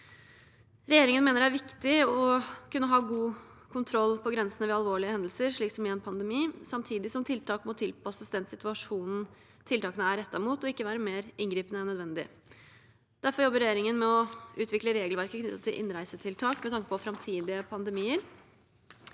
Regjeringen mener det er viktig å kunne ha god kontroll på grensene ved alvorlige hendelser, slik som i en pandemi, samtidig som tiltak må tilpasses den situasjonen tiltakene er rettet mot, og ikke være mer inngripende enn nødvendig. Derfor jobber regjeringen med å utvikle regelverket knyttet til innreisetiltak med tanke på framtidige pandemier.